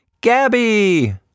Gabby